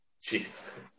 jeez